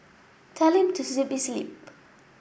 tell him to zip his lip